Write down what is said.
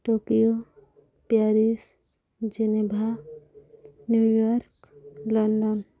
Tokyo Paris Geneva New York London